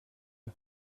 jeu